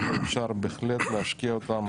אפשר בהחלט להשקיע אותם.